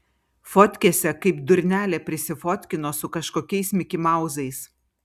fotkėse kaip durnelė prisifotkino su kažkokiais mikimauzais